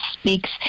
speaks